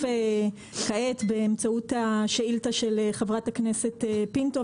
כעת באמצעות השאילתה של חברת הכנסת פינטו,